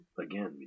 again